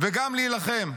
וגם להילחם.